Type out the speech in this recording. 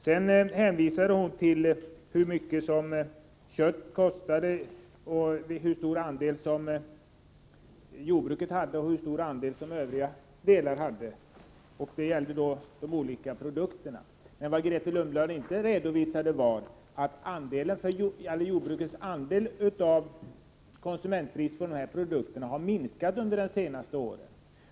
Sedan hänvisar Grethe Lundblad till hur mycket köttet kostade och hur stor andel av produktpriserna som jordbruket svarade för och hur stor andel de övriga delarna hade. Men vad Grethe Lundblad inte redovisade var att jordbrukets andel av konsumentpriserna minskat under de senaste åren.